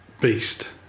beast